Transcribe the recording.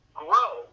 grow